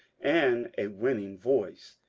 and a winning voice.